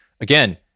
Again